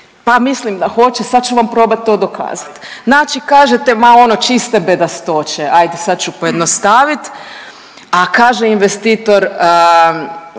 pa mislim da hoće, sad ću vam probat to dokazat…/Upadica iz klupe: Ajde/…. Znači kažete ma ono čiste bedastoće, ajde sad ću pojednostavit, a kaže investitor